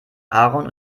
aaron